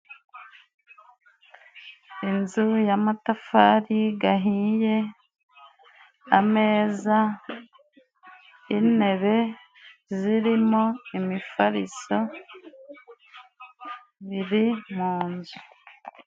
Inzu y'amatafari gahiye, ameza, intebe zirimo imifariso biri mu nzu.